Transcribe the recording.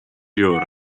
jur